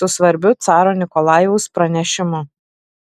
su svarbiu caro nikolajaus pranešimu